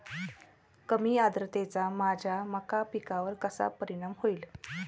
कमी आर्द्रतेचा माझ्या मका पिकावर कसा परिणाम होईल?